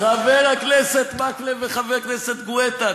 חבר הכנסת מקלב וחבר הכנסת גואטה,